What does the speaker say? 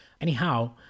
Anyhow